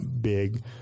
big